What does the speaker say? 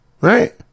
Right